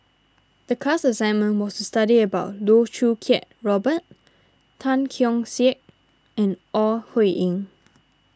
the class assignment was to study about Loh Choo Kiat Robert Tan Keong Saik and Ore Huiying